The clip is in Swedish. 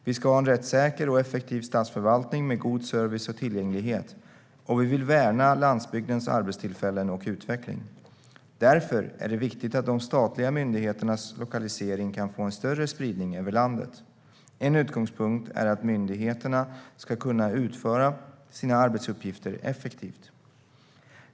Vi ska ha en rättssäker och effektiv statsförvaltning med god service och tillgänglighet, och vi vill värna landsbygdens arbetstillfällen och utveckling. Därför är det viktigt att de statliga myndigheternas lokalisering kan få en större spridning över landet. En utgångspunkt är att myndigheterna ska kunna utföra sina arbetsuppgifter effektivt.